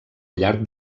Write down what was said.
llarg